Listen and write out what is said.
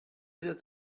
wieder